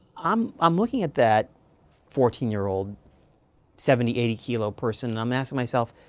um i'm looking at that fourteen year old seventy, eighty kilo person and i'm asking myself,